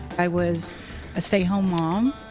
i was a stay home mom.